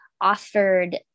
offered